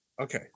okay